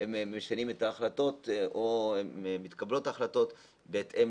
הם משנים את ההחלטות או מתקבלות החלטות בהתאם